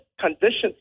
conditions